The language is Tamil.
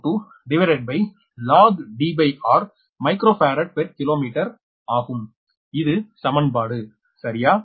2242log Drமைக்ரோ பாரட் பெர் கிலோமீட்டர் ஆகும் இது சமன்பாடு சரியா